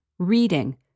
Reading